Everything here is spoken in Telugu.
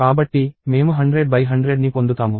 కాబట్టి మేము 100100 ని పొందుతాము